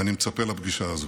ואני מצפה לפגישה הזאת.